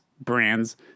brands